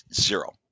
zero